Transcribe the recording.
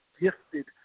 gifted